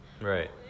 Right